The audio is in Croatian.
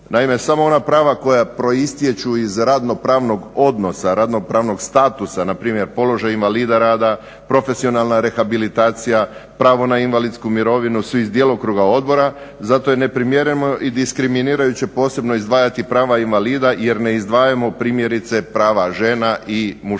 Naime, samo ona prava koja proistječu iz radno-pravnog odnosa radno-pravnog statusa npr. položaj invalida rada, profesionalna rehabilitacija, pravo na invalidsku imovinu su iz djelokruga odbora zato je neprimjereno i diskriminirajuće posebno izdvajati prava invalida jer ne izdvajamo primjerice prava žena ili muškaraca.